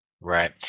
right